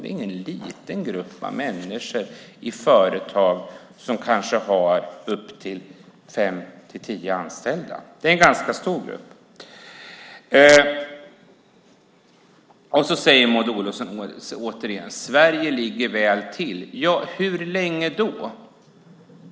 Det är ingen liten grupp människor i företag som kanske har fem-tio anställda. Det är en ganska stor grupp. Maud Olofsson säger återigen: Sverige ligger väl till. Hur länge gör Sverige det?